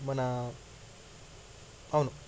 మన అవును